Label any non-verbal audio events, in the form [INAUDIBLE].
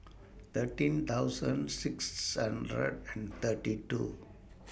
thirteen thousand six hundred and [NOISE] thirty two